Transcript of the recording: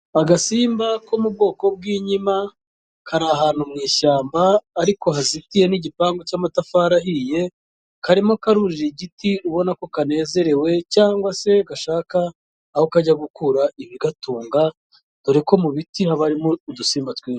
Agasimba ko mu bwoko bw'inkima kari ahantu mu ishyamba ariko ruzitiye n’ igipangu cy'amatafari ahiye, karimo karurira igiti ubona ko kanezerewe cyangwa se gashaka aho kajya gukura ibigatunga, dore ko mu biti haba harimo udusimba twinshi.